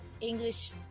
english